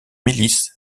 milices